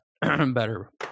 better